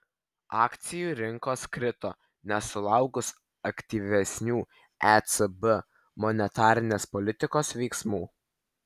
akcijų rinkos krito nesulaukus aktyvesnių ecb monetarinės politikos veiksmų